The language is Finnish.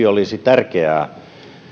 olisi tärkeää